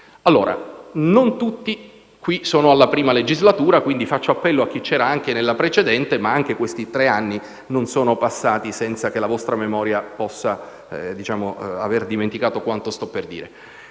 polizia. Non tutti i presenti sono alla prima legislatura. Faccio appello a chi c'era nella precedente, ma anche questi tre anni non sono passati senza che la vostra memoria possa aver dimenticato quanto sto per dire.